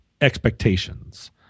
expectations